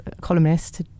columnist